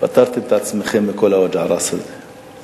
פטרתם את עצמכם מכל ה"וג'ע-ראס" הזה.